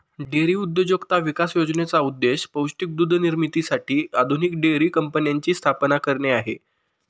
dairy उद्योजकता विकास योजनेचा उद्देश पौष्टिक दूध निर्मितीसाठी आधुनिक डेअरी कंपन्यांची स्थापना करणे आहे